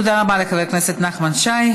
תודה רבה לחבר הכנסת נחמן שי.